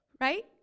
right